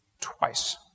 Twice